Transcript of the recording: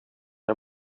dig